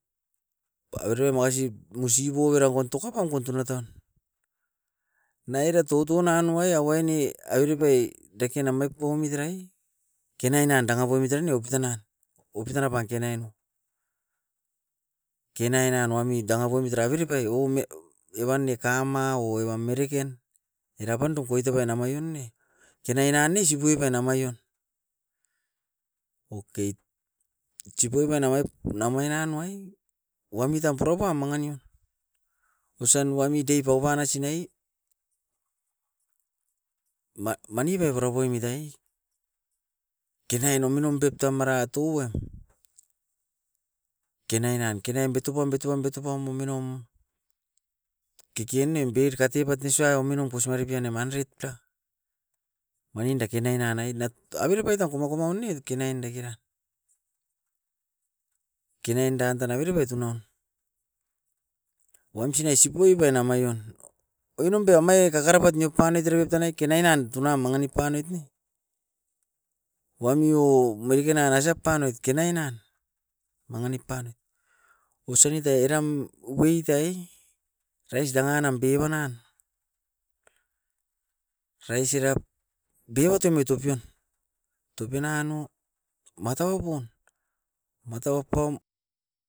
Pa aure makasi musi bouera kuantoka pan kuantona taun. Na era tutunan noai awaini averepai deken namai poumit erai kenai nan danga poimit era ne opitan nan. Opitan apan keneinu. Kenain nan wami danga poimit era abiripai oume evan ne kamma ou evam mirikin. Era pandu koite baina maion ne kenai nan ne sipuipe nama ion. Oke, tsipoi benawaip nomai nanuai wami tam purapaum manganim osan wami daipauba rasinai manipe purapoimit ai kenai nominum pep tamaratua. Kenai nan, kenai betupam, betubam, betubam, betubam ominom kikien nem be'rkatebat ne suai ominum pos maripian ainum hundred pla manin dakenai nanai na averepait ta komokomo oun ne kinain dakera. Kenain dan tana abiripai tounon, wamsin aisipuipai namaion. Oinum be omai kakaripat nio panit era pep tanai kenain nan tunam manginip panoit ne, wamio merikena gasap panoit kenai nan manginip panoit. Osan ita eram ukuitai rais danganam pei banan, rais sirap bewate moitupiun. Toupin nanao matau pun, matau pan.